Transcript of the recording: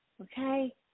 okay